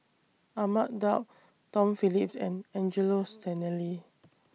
Ahmad Daud Tom Phillips and Angelo Sanelli